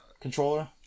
controller